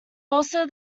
also